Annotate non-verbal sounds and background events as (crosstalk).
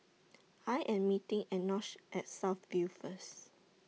(noise) I Am meeting Enoch At South View First